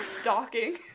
stalking